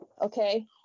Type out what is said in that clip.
Okay